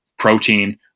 protein